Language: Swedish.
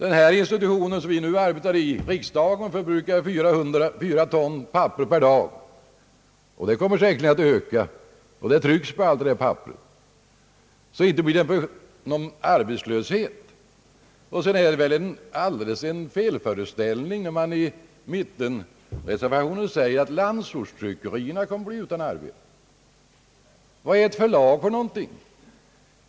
Enbart den institution som vi nu arbetar i, riksdagen, förbrukar fyra ton papper per dag, och det trycks på allt detta papper. Tryckmängden kommer säkert att öka, så inte blir det någon arbetslöshet. Det är för övrigt en totalt felaktig föreställning när man i mittenreservatio nen säger att landsortstryckerierna kommer att bli utan arbete. Vad är ett förlag för något?